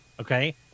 Okay